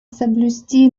соблюсти